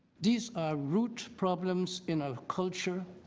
these are root problems in our culture,